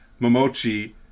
Momochi